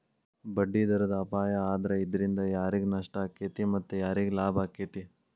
ಬಡ್ಡಿದರದ್ ಅಪಾಯಾ ಆದ್ರ ಇದ್ರಿಂದಾ ಯಾರಿಗ್ ನಷ್ಟಾಕ್ಕೇತಿ ಮತ್ತ ಯಾರಿಗ್ ಲಾಭಾಕ್ಕೇತಿ?